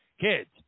Kids